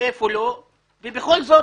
ובכל זאת